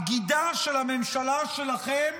הבגידה של הממשלה שלכם